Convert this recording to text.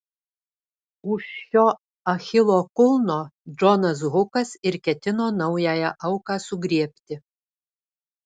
už šio achilo kulno džonas hukas ir ketino naująją auką sugriebti